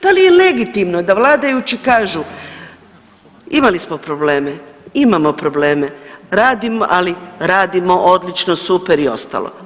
Da li je legitimno da vladajući kažu imali smo probleme, imamo probleme, radimo ali radimo odlično, super i ostalo.